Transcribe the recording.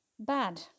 Bad